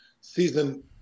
season